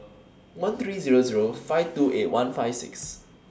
one three Zero Zero five two eight one five six